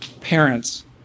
parents